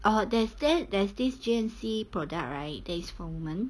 oh there's that there's this G_N_C product right that is for women